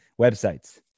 websites